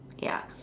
ya